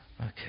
Okay